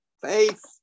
faith